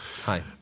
Hi